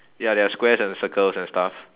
ya there are squares and circles and stuff